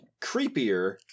creepier